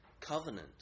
covenant